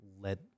let